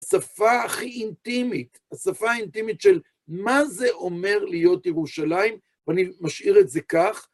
השפה הכי אינטימית, השפה האינטימית של מה זה אומר להיות ירושלים, ואני משאיר את זה כך.